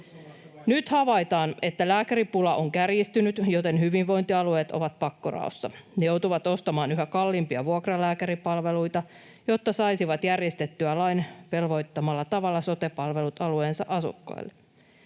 Nyt havaitaan, että lääkäripula on kärjistynyt, joten hyvinvointialueet ovat pakkoraossa. Ne joutuvat ostamaan yhä kalliimpia vuokralääkäripalveluita, jotta saisivat järjestettyä lain velvoittamalla tavalla sote-palvelut alueensa asukkaille.